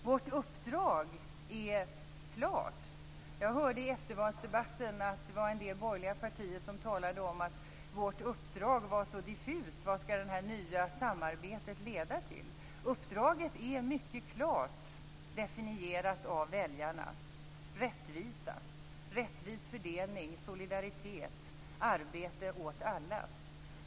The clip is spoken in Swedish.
Vårt uppdrag är klart. Jag hörde i eftervalsdebatten att det var en del borgerliga partier som talade om att vårt uppdrag var så diffust. Vad skall detta nya samarbete leda till? Uppdraget är mycket klart definierat av väljarna: rättvisa, rättvis fördelning, solidaritet, arbete åt alla.